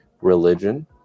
religion